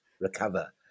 recover